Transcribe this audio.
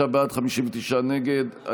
55 בעד, 59 נגד.